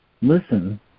Listen